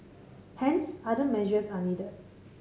hence other measures are needed